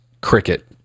cricket